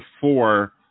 four